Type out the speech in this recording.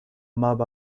mob